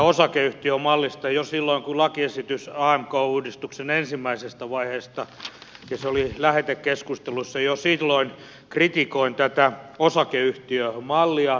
jo silloin kun lakiesitys amk uudistuksen ensimmäisestä vaiheesta oli lähetekeskusteluissa kritikoin tätä osakeyhtiömallia